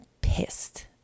pissed